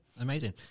Amazing